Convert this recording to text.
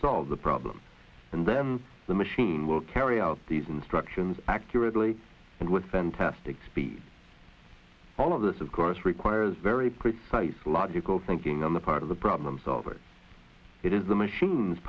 solve the problem and then the machine will carry out these instructions accurately and with fantastic speeds all of this of course requires very precise logical thinking on the part of the problem solver it is the machines